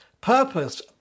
purpose